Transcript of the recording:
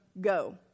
go